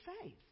faith